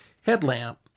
headlamp